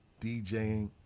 DJing